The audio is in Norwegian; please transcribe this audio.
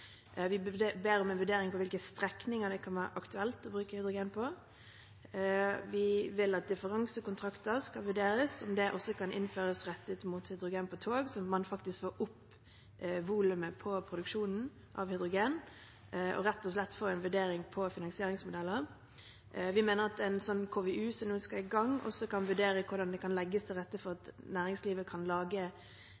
ber om en vurdering av hvilke strekninger det kan være aktuelt å bruke hydrogen på. Vi vil at differansekontrakter skal vurderes, om det også kan innføres rettet mot hydrogen på tog, så man faktisk får opp volumet på produksjon av hydrogen – rett og slett få en vurdering av finansieringsmodeller. Vi mener at man i en KVU, som nå skal lages, også kan vurdere hvordan det kan legges til rette for at